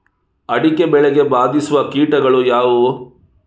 ಅಡಿಕೆ ಬೆಳೆಗೆ ಬಾಧಿಸುವ ಕೀಟಗಳು ಯಾವುವು?